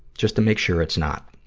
just to make sure it's not,